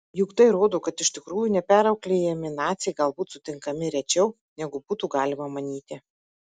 juk tai rodo kad iš tikrųjų neperauklėjami naciai galbūt sutinkami rečiau negu būtų galima manyti